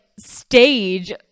stage